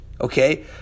Okay